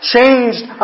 Changed